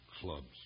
Clubs